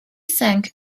sank